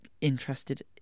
interested